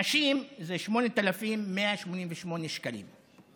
נשים זה 8,188 שקלים.